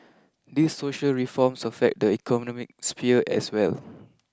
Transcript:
these social reforms affect the economic sphere as well